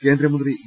കേന്ദ്ര മന്ത്രി വി